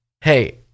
hey